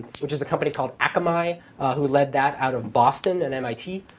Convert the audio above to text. which is a company called akamai who led that out of boston and mit.